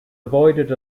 avoided